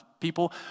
people